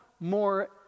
more